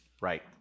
Right